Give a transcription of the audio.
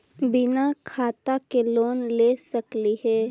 बिना खाता के लोन ले सकली हे?